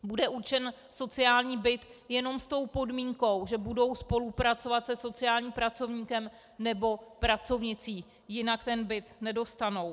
Bude určen sociální byt jenom s tou podmínkou, že budou spolupracovat se sociálním pracovníkem nebo pracovnicí, jinak byt nedostanou.